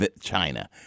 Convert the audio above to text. China